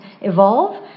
evolve